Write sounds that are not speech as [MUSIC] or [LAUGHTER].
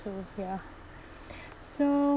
so ya [BREATH] so